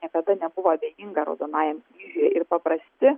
niekada nebuvo abejinga raudonajam kryžiui ir paprasti